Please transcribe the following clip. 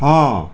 ହଁ